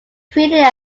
created